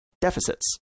deficits